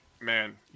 Man